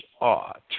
ought